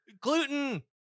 gluten